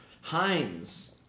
Heinz